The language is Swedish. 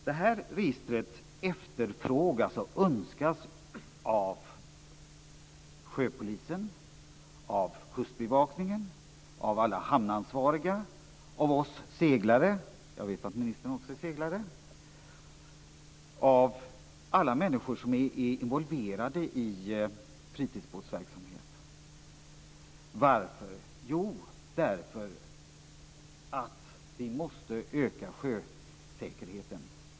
Detta register efterfrågas och önskas av sjöpolisen, av kustbevakningen, av alla hamnansvariga, av oss seglare - jag vet att ministern också är seglare - och av alla människor som är involverade i fritidsbåtsverksamhet. Varför? Jo, därför att vi måste öka sjösäkerheten.